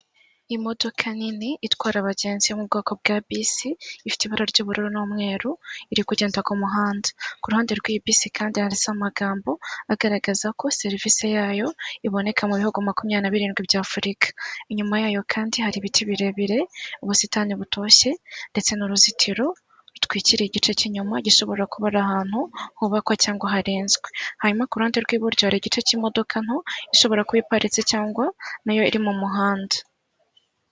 Imodoka nini itwara abagenzi yo mu bwoko bwa bisi, ifite ibara ry'ubururu n'umweru iri kugenda ku muhanda, ku ruhande rw'iyi bisi kandi handitse amagambo agaragaza ko serivisi yayo iboneka mu bihugu makumyabiri na birindwi bya Afurika, inyuma yayo kandi hari ibiti birebire, ubusitani butoshye ndetse n'uruzitiro rutwikiriye igice k'inyuma gishobora kuba ari ahantu hubakwa cyangwa harinzwe, hanyuma ku ruhande rw'iburyo hari igice cy'imodoka nto ishobora kuba iparitse cyangwa na yo iri mu muhanda.